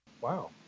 Wow